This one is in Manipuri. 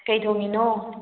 ꯀꯩ ꯊꯣꯡꯉꯤꯅꯣ